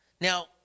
Now